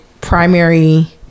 primary